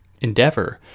endeavor